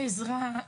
עזרה,